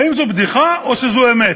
האם זו בדיחה, או שזו אמת?